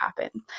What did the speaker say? happen